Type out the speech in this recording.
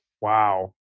Wow